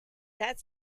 that